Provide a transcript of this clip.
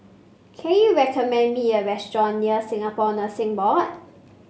can you recommend me a restaurant near Singapore Nursing Board